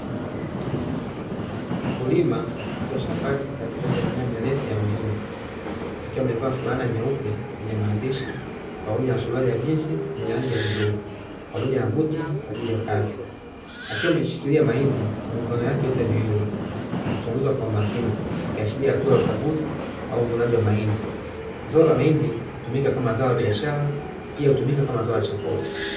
Mkulima akiwa shambani katikati ya mimea mirefu ya mahindi, akiwa amevaa fulana nyeupe yenye maandishi pamoja na suruali ya jinsi yenye rangi ya bluu, pamoja na buti kwa ajili ya kazi. Akiwa ameshikiria mahindi kwa mikono yake yote miwili akichunguza kwa umakini ikiashiria hatua ya ukaguzi au uvunaji wa mahindi, zao la mahindi hutumika kama zao la biashara pia hutumika kama zao la chakula.